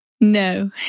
No